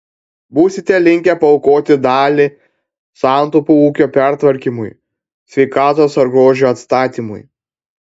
būsite linkę paaukoti dalį santaupų ūkio pertvarkymui sveikatos ar grožio atstatymui